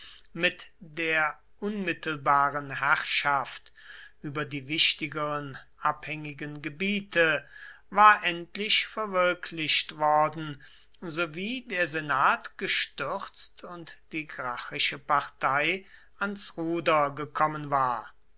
mit der unmittelbaren herrschaft über die wichtigeren abhängigen gebiete war endlich verwirklicht worden sowie der senat gestürzt und die gracchische partei ans ruder gekommen war